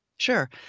Sure